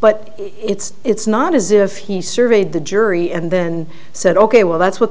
but it's it's not as if he surveyed the jury and then said ok well that's what the